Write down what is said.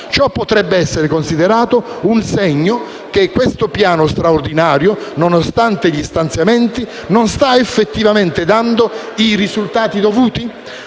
Ciò potrebbe essere considerato un segno che questo piano straordinario, nonostante gli stanziamenti, non sta effettivamente dando i risultati dovuti?